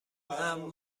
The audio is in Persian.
امر